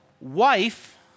wife